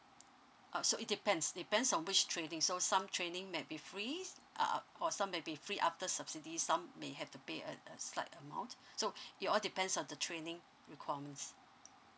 uh so it depends depends on which training so some training may be free uh uh or some may be free after subsidies some may have to pay a a slight amount so it all depends on the training requirements